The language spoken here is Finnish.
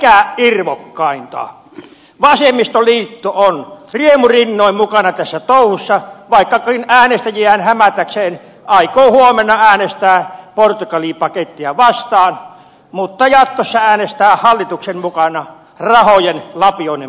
ja mikä irvokkainta vasemmistoliitto on riemurinnoin mukana tässä touhussa vaikkakin äänestäjiään hämätäkseen aikoo huomenna äänestää portugali pakettia vastaan jatkossa se äänestää hallituksen mukana rahojen lapioinnin puolesta